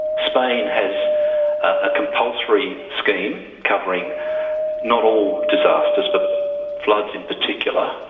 spain has a compulsory scheme covering not all disasters, but floods in particular.